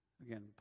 Again